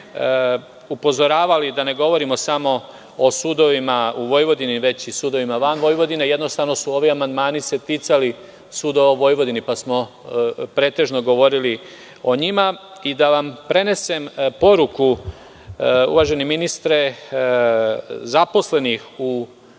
upozoravali da ne govorimo samo o sudovima u Vojvodini, već i sudovima van Vojvodine, jednostavno su ovi amandmani se ticali sudova u Vojvodini, pa smo pretežno govorili o njima i da vam prenesem poruku, uvaženi ministre, zaposlenih u